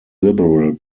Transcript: liberal